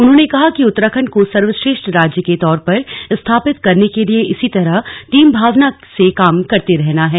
उन्होने कहा कि उत्तराखंड को सर्वश्रेष्ठ राज्य के तौर पर स्थापित करने के लिए इसी तरह टीम भावना से काम करते रहना है